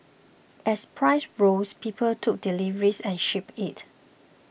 as prices rose people took deliveries and shipped it